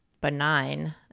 benign